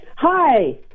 Hi